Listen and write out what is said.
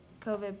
COVID